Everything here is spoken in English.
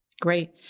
Great